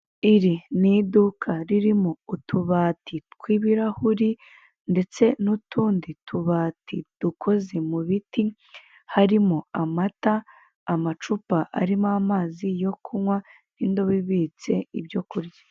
Iri ni iduka ririmo utubati tw'ibirahuri ndetse n'utundi tubati dukoze mu biti harimo amata, amacupa arimo amazi yo kunywa n'indobo ibitse ibyo kurya.